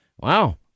Wow